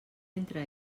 entre